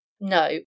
no